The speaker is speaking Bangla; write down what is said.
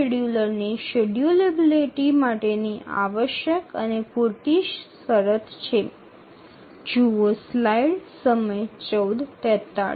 এই অভিব্যক্তিটি EDF শিডিউলারদের জন্য সময়সূচীকরণের জন্য প্রয়োজনীয় এবং পর্যাপ্ত শর্ত